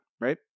right